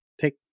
Take